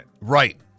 Right